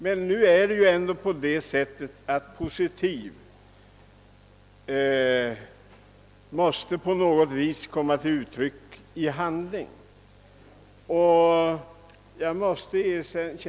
Men en positiv inställning måste på något sätt komma till uttryck i handling.